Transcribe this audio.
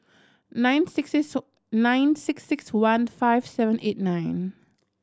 nine six six nine six six one five seven eight nine